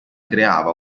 creava